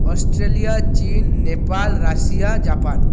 Australia চিন Nepal Russia Japan